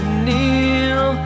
kneel